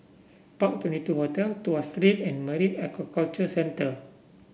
Park Twenty two Hotel Tuas Street and Marine Aquaculture Centre